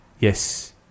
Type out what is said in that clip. Yes